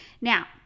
Now